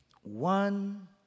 one